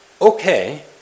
okay